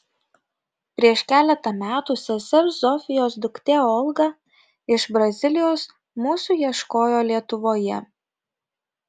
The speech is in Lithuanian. prieš keletą metų sesers zofijos duktė olga iš brazilijos mūsų ieškojo lietuvoje